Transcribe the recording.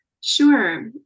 Sure